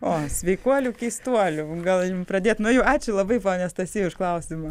o sveikuolių keistuolių gal jum pradėt nuo jų ačiū labai pone stasy už klausimą